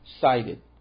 cited